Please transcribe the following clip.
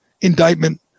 indictment